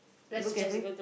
you look carefully